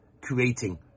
creating